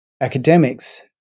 academics